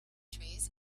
trees